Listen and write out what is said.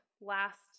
last